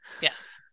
Yes